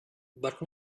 but